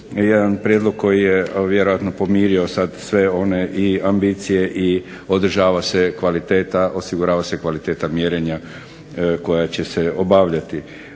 jedan prijedlog koji je vjerojatno pomirio sad sve one i ambicije i održava se kvaliteta, osigurava se kvaliteta mjerenja koja će se obavljati.